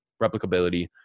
replicability